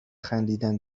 خندیدن